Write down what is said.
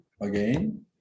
again